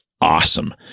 awesome